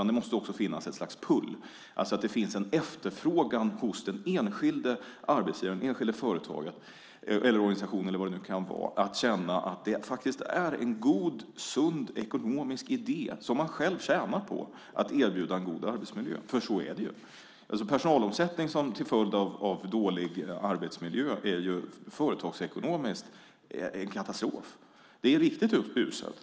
Det måste också finnas ett slags pull , alltså en efterfrågan hos den enskilde arbetsgivaren, enskilde företagaren, organisationen eller vad det nu kan vara. De ska känna att det är en god och sund ekonomisk idé, som de själva tjänar på, att erbjuda en god arbetsmiljö, för så är det ju. Personalomsättning till följd av dålig arbetsmiljö är företagsekonomiskt en katastrof. Det är riktigt uselt.